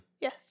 Yes